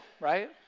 right